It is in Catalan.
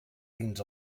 dins